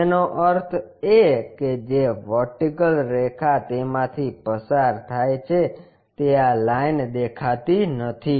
તેનો અર્થ એ કે જે વર્ટિકલ રેખા તેમાંથી પસાર થાય છે તે આ લાઈન દેખાતી નથી